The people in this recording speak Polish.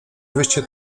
wyście